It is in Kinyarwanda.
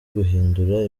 guhindura